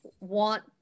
want